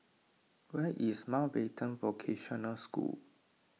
where is Mountbatten Vocational School